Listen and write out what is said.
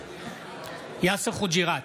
יאסר חוג'יראת,